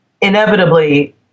inevitably